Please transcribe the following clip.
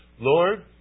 Lord